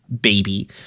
baby